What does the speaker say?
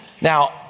Now